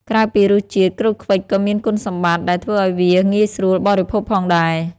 ក្រៅពីរសជាតិ ក្រូចឃ្វិចក៏មានគុណសម្បត្តិដែលធ្វើឲ្យវាងាយស្រួលបរិភោគផងដែរ។